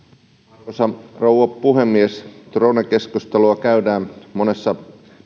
arvoisa rouva puhemies drone keskustelua käydään monessa